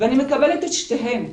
ואני מקבלת את שתיהן.